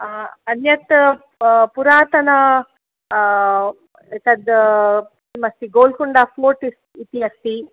अन्यत् पुरातनंं तद् किमस्ति गोल्डकुण्डा फ़ोर्ट् इति अस्ति